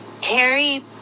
Terry